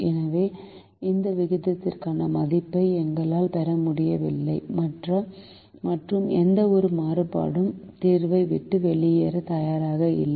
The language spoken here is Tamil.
எனவே இந்த விகிதத்திற்கான மதிப்பை எங்களால் பெற முடியவில்லை மற்றும் எந்தவொரு மாறுபாடும் தீர்வை விட்டு வெளியேற தயாராக இல்லை